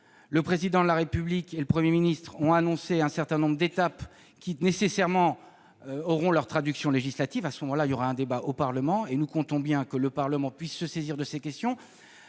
Le Président de la République et le Premier ministre ont annoncé un certain nombre d'étapes qui, nécessairement, auront leur traduction législative. La discussion aura alors lieu au Parlement. Nous comptons bien que celui-ci puisse se saisir de ces questions,